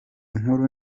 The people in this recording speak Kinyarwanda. nkuru